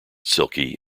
silky